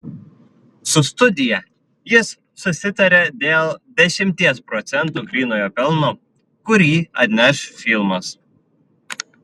su studija jis susitarė dėl dešimties procentų grynojo pelno kurį atneš filmas